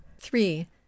three